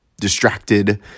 distracted